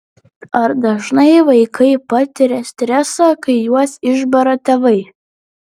ar dažnai vaikai patiria stresą kai juos išbara tėvai